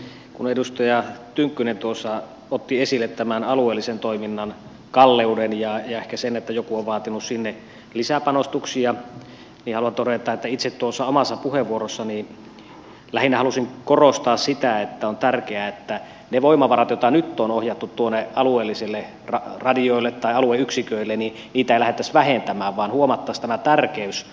kun edustaja tynkkynen tuossa otti esille tämän alueellisen toiminnan kalleuden ja ehkä sen että joku on vaatinut sinne lisäpanostuksia niin haluan todeta että itse tuossa omassa puheenvuorossani lähinnä halusin korostaa sitä että on tärkeää että niitä voimavaroja joita nyt on ohjattu alueellisille radioille tai alueyksiköille ei lähdettäisi vähentämään vaan huomattaisiin tämä tärkeys